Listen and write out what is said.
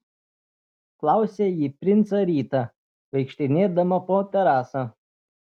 klausė ji princą rytą vaikštinėdama po terasą